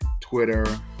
Twitter